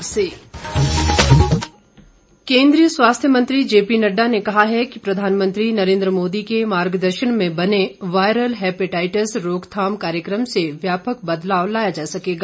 Nadda hepatitis केंद्रीय स्वास्थ्य मंत्री जे पी नड्डा ने कहा है कि प्रधानमंत्री नरेन्द्र मोदी के मार्गदर्शन में बने वायरल हेपेटाइटिस रोकथाम कार्यक्रम से व्यापक बदलाव लाया जा सकेगा